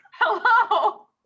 Hello